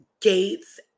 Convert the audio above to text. Gates